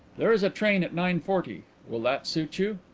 there is a train at nine-forty. will that suit you?